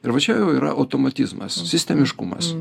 ir va čia jau yra automatizmas sistemiškumas